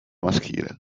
maschile